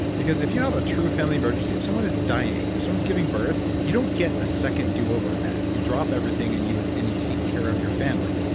because if you have a true family emergency, if someone is dying, if someone is giving birth, you don't get a second do over on that. you drop everything and you ah and you take care of your family.